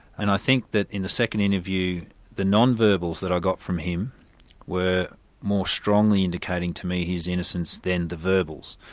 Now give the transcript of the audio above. and i think that in the second interview the non-verbals that i got from him were more strongly indicating to me his innocence than the verbals.